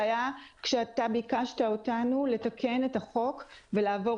זה היה כשאתה ביקשת מאיתנו לתקן את החוק ולהעביר